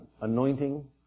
anointing